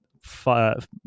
five